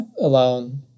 alone